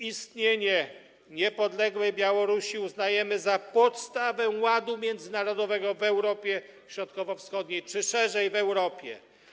Istnienie niepodległej Białorusi uznajemy za podstawę ładu międzynarodowego w Europie Środkowo-Wschodniej, czy szerzej w Europie.